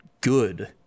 good